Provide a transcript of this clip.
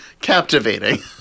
captivating